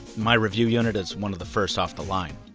my review unit is one of the first off the line.